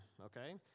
okay